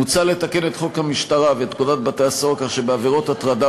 מוצע לתקן את חוק המשטרה ואת פקודת בתי-הסוהר כך שבעבירות הטרדה